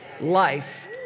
Life